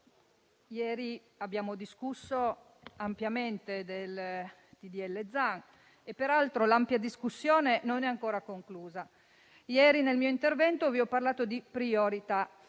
ieri abbiamo discusso ampiamente del disegno di legge Zan. Peraltro, l'ampia discussione non è ancora conclusa. Ieri, nel mio intervento, vi ho parlato di priorità